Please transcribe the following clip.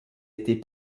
été